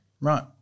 Right